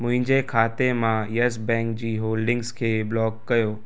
मुंहिंजे खाते मां येस बैंक जी होल्डिंग्स खे ब्लॉक कयो